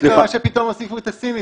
איך קרה שפתאום הכניסו את הסינים?